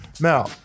Now